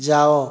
ଯାଅ